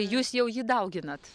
jūs jau jį dauginat